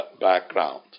background